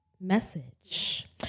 message